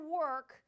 work